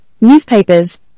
newspapers